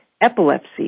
epilepsy